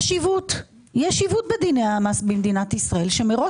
יש עיוות בדיני המס במדינת ישראל שמראש